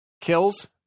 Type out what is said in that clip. kills